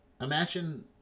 imagine